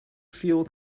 fuel